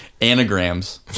anagrams